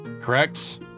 correct